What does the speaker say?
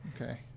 Okay